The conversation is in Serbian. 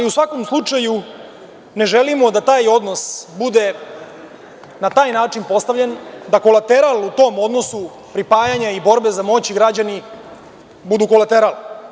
U svakom slučaju, ne želimo da taj odnos bude na taj način postavljen, da kolateral u tom odnosu pripajanja i borbe za moći građani budu kolateral.